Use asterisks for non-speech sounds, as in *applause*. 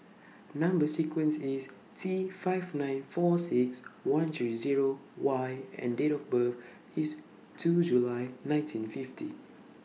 Number sequence IS *noise* T five nine four six one three Zero Y and Date of birth *noise* IS two July nineteen fifty